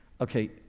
Okay